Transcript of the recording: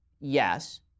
yes